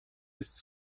ist